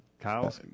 Kyle